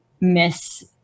miss